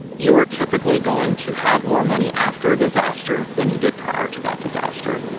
you are typically going to have more money after a disaster than you did prior to that disaster.